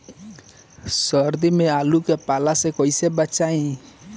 सर्दी में आलू के पाला से कैसे बचावें?